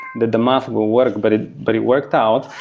that the math will work, but it but it worked out.